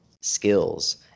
skills